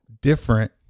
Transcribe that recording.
different